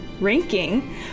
ranking